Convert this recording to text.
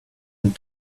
and